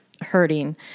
hurting